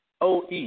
OE